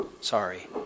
sorry